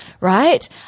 right